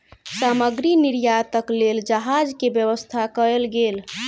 सामग्री निर्यातक लेल जहाज के व्यवस्था कयल गेल